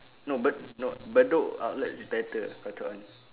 no but no bedok outlet is better Cotton On